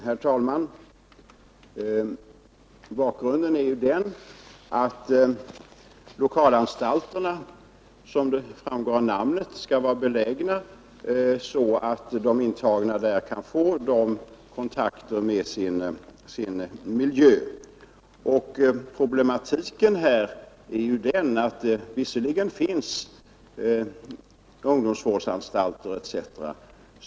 Herr talman! Bakgrunden är ju den att lokalanstalterna, vilket framgår av namnet, skall vara belägna så att de intagna kan få kontakter med sin miljö. Problemet är att visserligen finns det ungdomsvårdsanstalter etc.